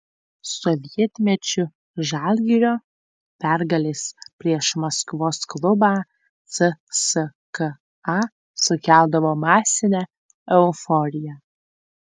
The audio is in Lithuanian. sovietmečiu žalgirio pergalės prieš maskvos klubą cska sukeldavo masinę euforiją